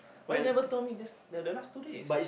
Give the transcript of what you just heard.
why never told me that's the last two days